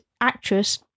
actress